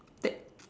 like